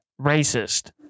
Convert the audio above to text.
Racist